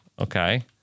Okay